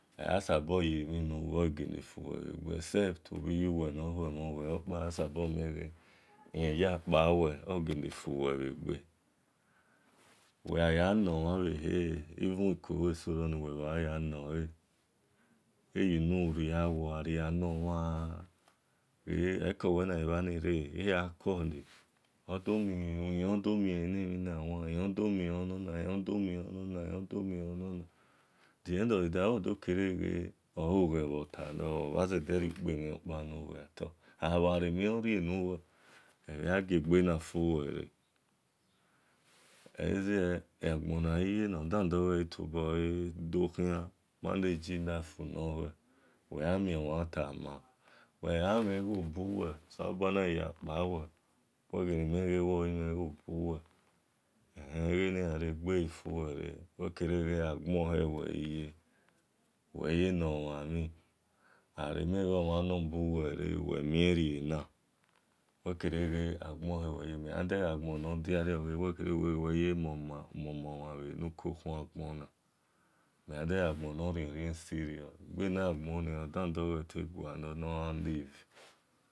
Asabor ye-mhia nuwe op fuwe bhegbe ezcept obhi yuwe no-huemhonwe ohokpa gasabor yakpa we nofuwebhe gbe uweghaya nomhanbhehehe even ikoluoso ro nuwe yan ne eyenurit awe ria owman ekowe nahiabhare egha call ilenodomieunona the end of the day adokere ohoghe olotalor agharemien or rienuwe ekhian giegbe nafuwer oleshie agbonagiyena adadogho to bole dho ghian manage e life nor gho we yanmiemhantama uwe ghaghi amhen-igbobuwe selo bha na yakpawe uweghele miewomhen gho buwe egheni ghare-egbe ghi fuwere-egbonhe we ghiye we ye nowhanemhen aremien omhanobu were uwe mieriena uwekereghe agbonhe weghiye agbon norien rien sirio odandoghote gualor nogha live